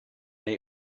neu